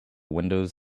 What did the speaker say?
windows